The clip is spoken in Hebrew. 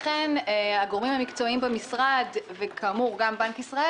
לכן הגורמים המקצועיים במשרד וכאמור גם בנק ישראל